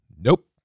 nope